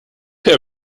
der